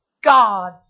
God